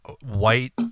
white